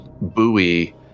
buoy